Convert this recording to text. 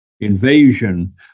invasion